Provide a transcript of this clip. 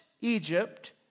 Egypt